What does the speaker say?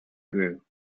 grew